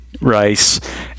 Rice